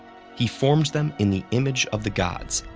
he formed them in the image of the gods,